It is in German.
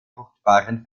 fruchtbaren